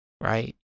right